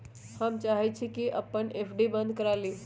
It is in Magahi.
हम चाहई छी कि अपन एफ.डी बंद करा लिउ